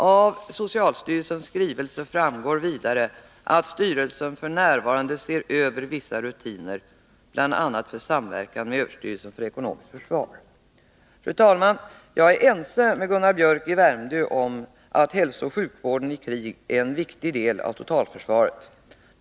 Av socialstyrelsens skrivelse framgår vidare att socialstyrelsen f. n. ser över vissa rutiner, bl.a. för samverkan med överstyrelsen för ekonomiskt försvar. Jag är ense med Gunnar Biörck i Värmdö om att hälsooch sjukvården i krig är en viktig del av totalförsvaret.